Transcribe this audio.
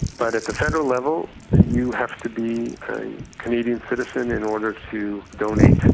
but at the federal level you have to be a canadian citizen in order to donate,